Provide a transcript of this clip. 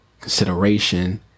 consideration